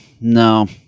no